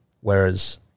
Whereas